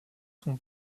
son